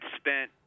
spent